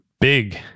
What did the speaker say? big